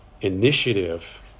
initiative